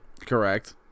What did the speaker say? Correct